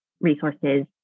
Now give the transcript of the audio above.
resources